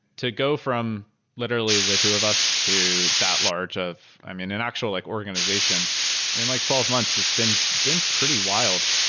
to go from literally the two of us to that large of i mean, an actual like organization in like twelve months, it's been been pretty wild.